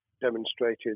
demonstrated